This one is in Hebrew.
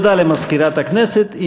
תודה למזכירת הכנסת.